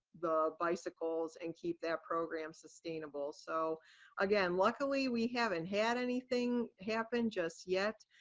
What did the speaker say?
the bicycles and keep that program sustainable. so again luckily we haven't had anything happen just yet.